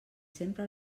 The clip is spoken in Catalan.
sempre